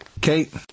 Kate